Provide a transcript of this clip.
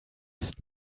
ist